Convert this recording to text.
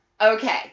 okay